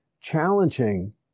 challenging